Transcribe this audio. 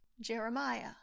Jeremiah